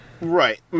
Right